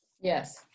Yes